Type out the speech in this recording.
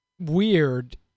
weird